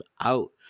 out